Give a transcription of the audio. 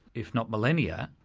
if not millennia.